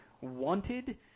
wanted